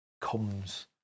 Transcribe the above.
comes